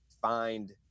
find